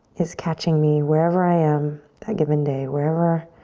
is catching me wherever i am that given day, wherever